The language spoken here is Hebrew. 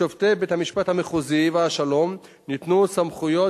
לשופטי בית-המשפט המחוזי והשלום ניתנו סמכויות